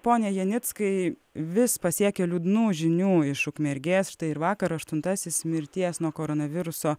pone janickai vis pasiekia liūdnų žinių iš ukmergės štai ir vakar aštuntasis mirties nuo koronaviruso